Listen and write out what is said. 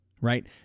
right